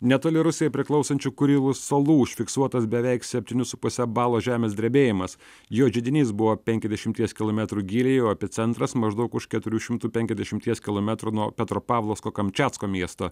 netoli rusijai priklausančių kurilų salų užfiksuotas beveik septynių su puse balo žemės drebėjimas jo židinys buvo penkiasdešimties kilometrų gylyje o epicentras maždaug už keturių šimtų penkiasdešimties kilometrų nuo petropavlovsko kamčiatsko miesto